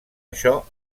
això